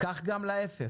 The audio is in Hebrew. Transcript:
כך גם להיפך.